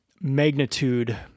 magnitude